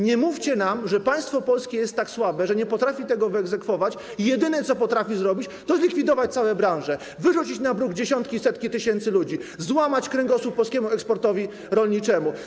Nie mówcie nam, że państwo polskie jest tak słabe, że nie potrafi tego wyegzekwować, i jedyne, co potrafi zrobić, to zlikwidować całe branże, wyrzucić na bruk dziesiątki, setki tysięcy ludzi, złamać kręgosłup polskiemu eksportowi rolniczemu.